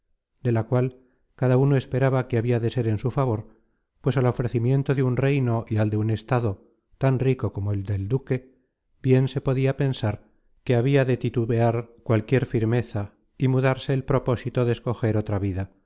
de la cual cada uno esperaba que habia de ser en su favor pues al ofrecimiento de un reino y al de un estado tan rico como el del duque bien se podia pensar que habia de titubear cualquier firmeza y mudarse el propósito de escoger otra vida